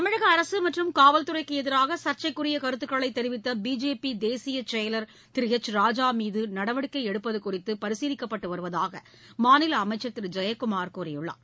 தமிழகஅரசுமற்றும் காவல்துறைக்குஎதிராகசர்ச்சைக்குரியகருத்துக்களைதெரிவித்தபிஜேபிதேசியச்செயலர் திருஹெச் ராஜாமீதுநடவடிக்கைஎடுப்பதுகுறித்துபரிசீலிக்கப்பட்டுவருவதாகமாநிலஅமைச்சர் திருஜெயக்குமார் கூறியுள்ளார்